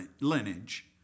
lineage